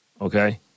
Okay